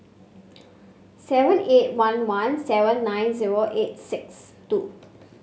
seven eight one one seven nine zero eight six two